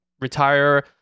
retire